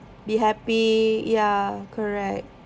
be happy ya correct